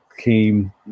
came